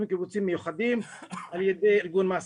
קיבוציים מיוחדים על ידי ארגון מעסיקים.